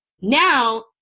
Now